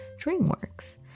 DreamWorks